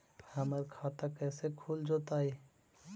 हमर खाता कैसे खुल जोताई?